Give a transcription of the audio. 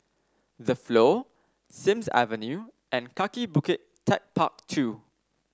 The Flow Sims Avenue and Kaki Bukit TechparK Two